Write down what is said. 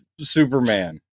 Superman